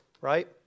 Right